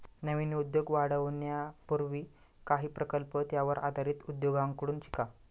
नवीन उद्योग वाढवण्यापूर्वी काही प्रकल्प त्यावर आधारित उद्योगांकडून शिका